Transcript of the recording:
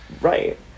right